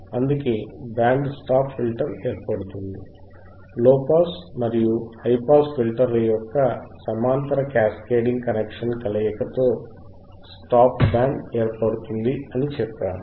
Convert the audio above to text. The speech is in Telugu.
అందుకే బ్యాండ్ స్టాప్ ఫిల్టర్ ఏర్పడుతుంది లోపాస్ మరియు హైపాస్ ఫిల్టర్ల యొక్క సమాంతర క్యాస్కేడింగ్ కనెక్షన్ కలయిక తో స్టాప్ బ్యాండ్ ఏర్పడుతుంది అని చెప్పాము